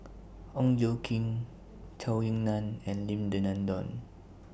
Ong Tjoe Kim Zhou Ying NAN and Lim Denan Denon